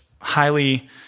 highly